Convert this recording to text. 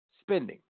spending